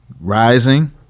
rising